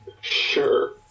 Sure